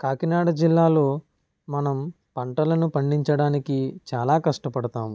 కాకినాడ జిల్లాలో మనం పంటలను పండించడానికి చాలా కష్టపడతాము